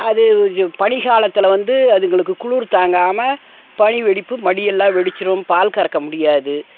அது பனி காலத்தில் வந்து அதுங்களுக்கு குளுர் தாங்காமல் பனி வெடிப்பு மடியெல்லாம் வெடிச்சிடும் பால் கறக்க முடியாது